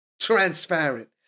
transparent